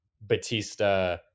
batista